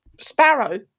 sparrow